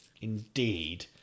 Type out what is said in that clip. Indeed